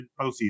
postseason